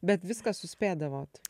bet viską suspėdavot